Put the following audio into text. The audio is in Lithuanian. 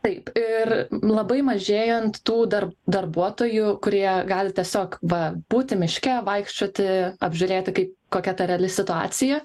taip ir labai mažėjant tų dar darbuotojų kurie gali tiesiog va būti miške vaikščioti apžiūrėti kaip kokia ta reali situacija